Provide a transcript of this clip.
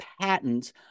patents